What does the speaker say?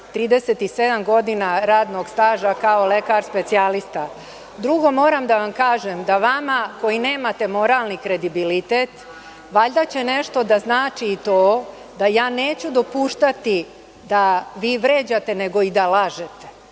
37 godina radnog staža kao lekar specijalista. Drugo, moram da vam kažem da vama koji nemate moralni kredibilitet, valjda će nešto da znači i to da ja neću dopuštati da vi vređate, nego i da lažete.Za